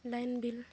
line bill